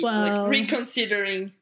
reconsidering